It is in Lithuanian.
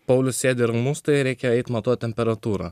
paulius sėdi ir ramus tai reikia eit matuot temperatūrą